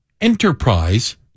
enterprise